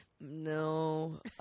No